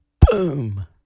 Boom